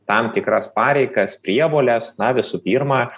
tam tikras pareigas prievoles na visų pirma